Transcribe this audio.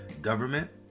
government